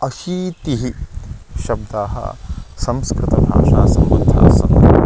अशीतिः शब्दाः संस्कृतभाषासम् सन्ति